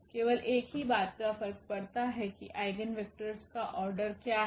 केवल एक ही बात का फर्क पड़ता है की आइगेन वेक्टरस का ऑर्डर क्या है